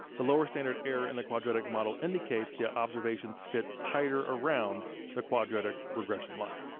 the lower standard error in the quadratic model indicates the observations fit tighter around the quadratic regression line.